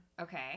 Okay